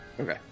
okay